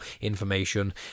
information